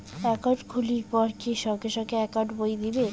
Account খুলির পর কি সঙ্গে সঙ্গে একাউন্ট বই দিবে?